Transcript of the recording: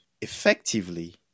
effectively